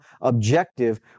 objective